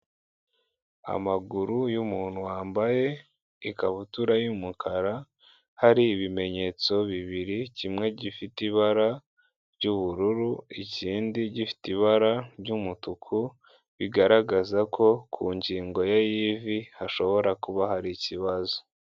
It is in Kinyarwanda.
Amaguru y'umuntu wambaye ikabutura y'umukara, iriho ibimenyetso bibiri kimwe gifite ibara ry'ubururu, ikindi gifite ibara ry'umutuku bigaragaza ko ku ngingo ye y'ivi hashobora kuba hari ikibazo.